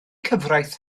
cyfraith